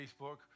Facebook